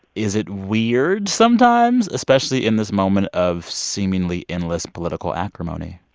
is it weird sometimes, especially in this moment of seemingly endless political acrimony?